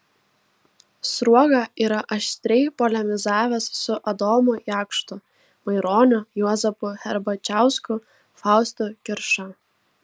sruoga yra aštriai polemizavęs su adomu jakštu maironiu juozapu herbačiausku faustu kirša